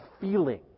feeling